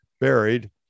buried